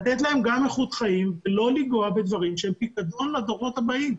לתת להם גם איכות חיים ולא לגעת בדברים שהם פיקדון לדורות הבאים.